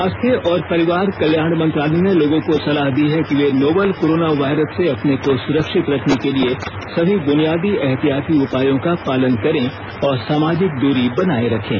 स्वास्थ्य और परिवार कल्याण मंत्रालय ने लोगों को सलाह दी है कि वे नोवल कोरोना वायरस से अपने को सुरक्षित रखने के लिए सभी बुनियादी एहतियाती उपायों का पालन करें और सामाजिक दूरी बनाए रखें